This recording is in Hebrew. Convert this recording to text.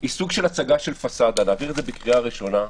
עיסוק של הצגה של פסאדה להעביר את זה בקריאה ראשונה,